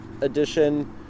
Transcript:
edition